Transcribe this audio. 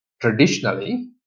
traditionally